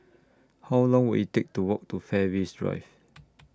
How Long Will IT Take to Walk to Fairways Drive